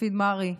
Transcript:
מופיד מרעי?